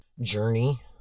journey